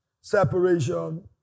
separation